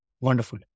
Wonderful